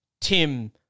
Tim